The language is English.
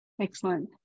Excellent